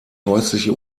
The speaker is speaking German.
häusliche